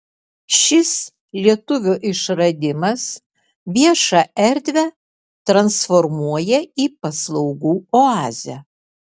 šis lietuvio išradimas viešą erdvę transformuoja į paslaugų oazę